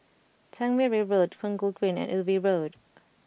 Tangmere Road Punggol Green and Ubi Road